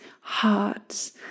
hearts